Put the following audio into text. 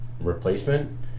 replacement